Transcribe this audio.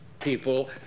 people